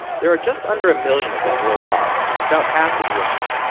there are just under a million of them worldwide, about half in iraq.